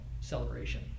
celebration